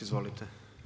Izvolite.